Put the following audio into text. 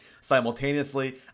simultaneously